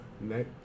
next